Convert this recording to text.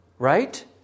Right